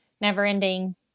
never-ending